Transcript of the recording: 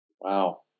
Wow